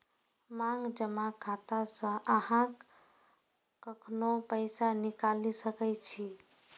मांग जमा खाता सं अहां कखनो पैसा निकालि सकै छी